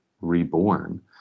reborn